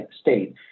state